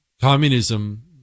Communism